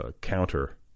counter